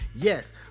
Yes